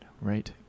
Right